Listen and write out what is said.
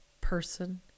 person